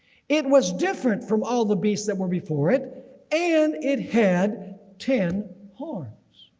it was different from all the beasts that were before it and it had ten horns.